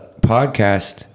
podcast